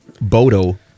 Bodo